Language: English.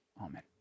Amen